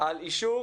על אישור